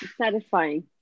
satisfying